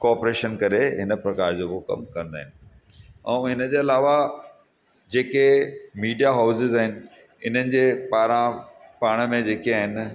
cooperation करे हिन प्रकार जो उहो कमु कंदा आहिनि ऐं हिन जे अलावा जेके मीडिया हाउज़िस आहिनि इन्हनि जे पारां पाण में जेके आहिनि